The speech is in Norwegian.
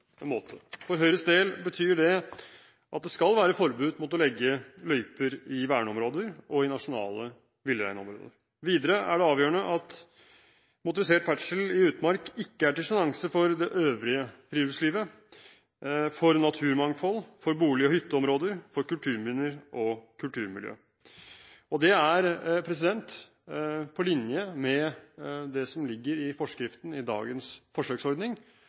For Høyres del betyr det at det skal være forbud mot å legge løyper i verneområder og nasjonale villreinområder. Videre er det avgjørende at motorisert ferdsel i utmark ikke er til sjenanse for det øvrige friluftslivet, for naturmangfold, for bolig- og hytteområder eller for kulturminner og kulturmiljø. Det er på linje med det som ligger i forskriften i dagens forsøksordning,